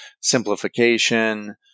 simplification